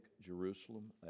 Jerusalem